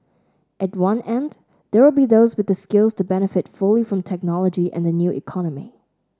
at one end there will be those with the skills to benefit fully from technology and the new economy